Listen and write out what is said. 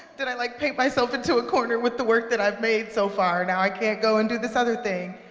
did i like paint myself into a corner with the work that i've made so far? now, i can't go and do this other thing,